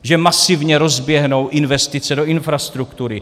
Že masivně rozběhnou investice do infrastruktury.